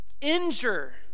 injure